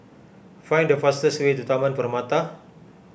find the fastest way to Taman Permata